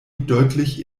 deutlich